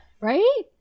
Right